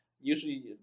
usually